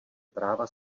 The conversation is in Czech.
práva